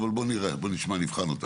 אבל בוא נשמע ונבחן אותה.